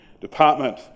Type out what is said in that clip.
Department